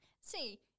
See